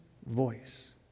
Voice